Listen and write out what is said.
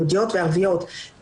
יהודיות וערביות,